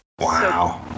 Wow